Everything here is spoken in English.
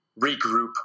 regroup